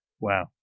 Wow